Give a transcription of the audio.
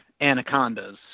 anacondas